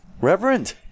Reverend